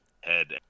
head